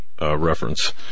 Reference